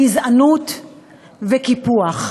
גזענות וקיפוח.